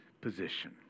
position